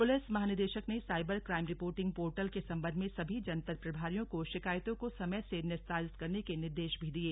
police महानिदेशक ने cyber crime reporting portal के सम्बन्ध में सभी जनपद प्रभारियों को शिकायतों को समय से निस्तारित करने के निर्देश दिये